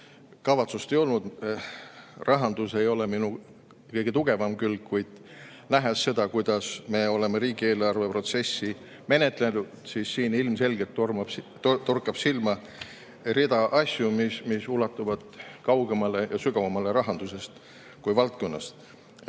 kavatsust ei olnud. Rahandus ei ole minu kõige tugevam külg, kuid selle juures, kuidas me oleme riigieelarvet menetlenud, torkab ilmselgelt silma rida asju, mis ulatuvad kaugemale ja sügavamale rahandusest kui valdkonnast.